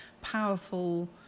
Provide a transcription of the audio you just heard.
powerful